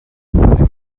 anem